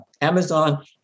Amazon